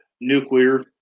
nuclear